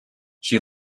she